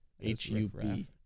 H-U-B